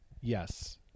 Yes